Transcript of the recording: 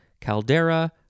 caldera